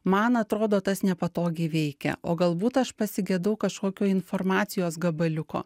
man atrodo tas nepatogiai veikia o galbūt aš pasigedau kažkokio informacijos gabaliuko